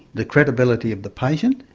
the credibility of the patient,